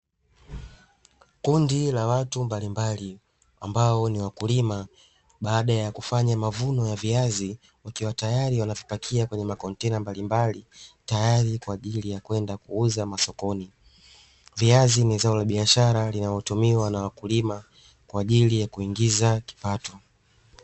Kundi la watu mbalimbali ambao ni wakulima, baada ya kufanya mavuno ya viazi, ikiwa tayari wanavipakia kwenye makontena mbalimbali, tayari kwa ajili ya kwenda kuuzwa masoko. Viazi ni zao la biashara linalotumiwa na wakulima kwa ajili ya kuingiza kipato.